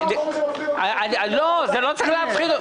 זה לא מפחיד אותי.